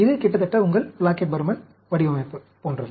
இது கிட்டத்தட்ட உங்கள் பிளாக்கெட் பர்மன் வடிவமைப்பு போன்றது